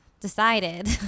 decided